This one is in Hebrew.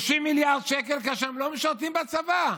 30 מיליארד שקל, כאשר הם לא משרתים בצבא?